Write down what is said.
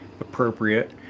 appropriate